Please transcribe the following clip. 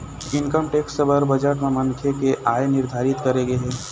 income tax बर budget म मनखे के आय निरधारित करे गे हे